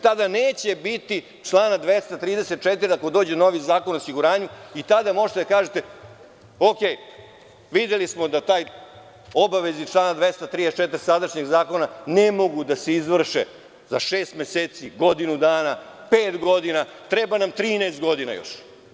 Tada neće biti člana 234, ako dođe novi Zakon o osiguranju, i tada možete da kažete – videli smo da obaveze iz člana 234. sadašnjeg zakona ne mogu da se izvrše za šest meseci, godinu dana, pet godina, treba nam 13 godina još.